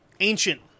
ancient